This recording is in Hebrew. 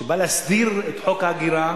שבא להסדיר את חוק ההגירה.